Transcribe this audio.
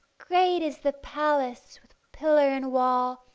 great is the palace with pillar and wall,